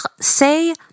say